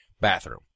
bathroom